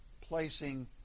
placing